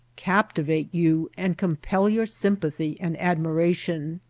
captivate you and compel your sympathy and admiration.